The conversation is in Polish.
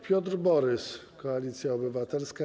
Piotr Borys, Koalicja Obywatelska.